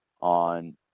on